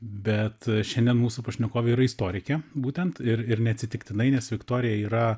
bet šiandien mūsų pašnekovė yra istorikė būtent ir ir neatsitiktinai nes viktorija yra